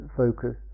focus